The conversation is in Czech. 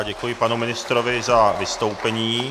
Děkuji panu ministrovi za vystoupení.